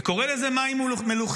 וקורא לזה "מים מלוחים".